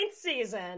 season